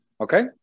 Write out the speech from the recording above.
okay